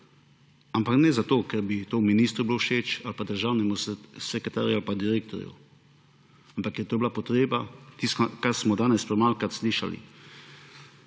ampak ne zato, ker bi to ministru bilo všeč ali pa državnemu sekretarju ali pa direktorju, ampak je to bila potreba, kar smo danes premalokrat slišali